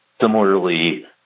Similarly